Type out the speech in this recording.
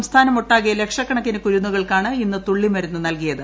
സംസ്ഥാനമൊട്ടാകെ ലക്ഷക്കണക്കിന് കുരുന്നുകൾക്കാണ് ഇന്ന് തുള്ളി മരുന്ന് നൽകിയത്